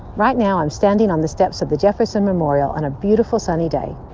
right now i'm standing on the steps of the jefferson memorial on a beautiful, sunny day.